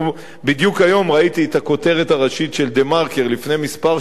בדיוק היום ראיתי את הכותרת הראשית של "דה-מרקר" לפני כמה שעות,